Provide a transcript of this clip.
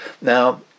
now